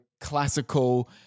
classical